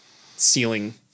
ceiling